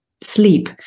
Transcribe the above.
sleep